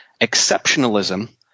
exceptionalism